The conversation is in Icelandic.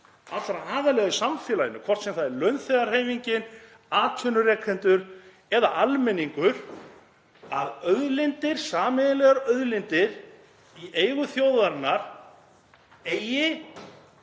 allra aðila í samfélaginu, hvort sem það er launþegahreyfingin, atvinnurekendur eða almenningur, að sameiginlegar auðlindir í eigu þjóðarinnar eigi